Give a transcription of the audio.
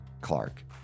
Clark